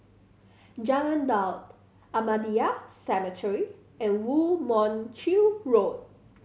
Jalan Daud Ahmadiyya Cemetery and Woo Mon Chew Road